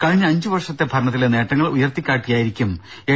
കഴിഞ്ഞ അഞ്ചുവർഷത്തെ ഭരണത്തിലെ നേട്ടങ്ങൾ ഉയർത്തിക്കാട്ടിയായിരിക്കും എൽ